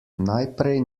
najprej